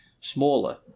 smaller